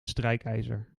strijkijzer